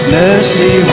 mercy